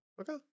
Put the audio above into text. Okay